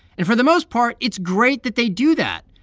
and for the most part, it's great that they do that.